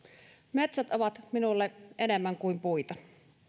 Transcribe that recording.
metsät ovat minulle enemmän kuin puita